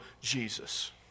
Jesus